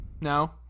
no